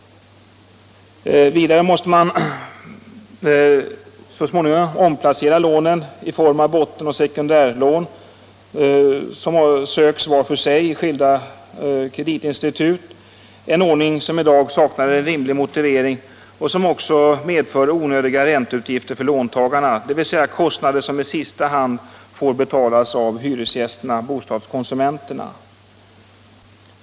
Vidare måste man så småningom omplacera lånen i form av bottenoch sekundärlån, vilka söks varj för sig i skilda kreditinstitut — en ordning som i dag saknar en rimlig motivering och också medför onödiga ränteutgifter för låntagarna, dvs. kostnader som i sista hand får betalas av hyresgästerna-bostadskonsumenterna.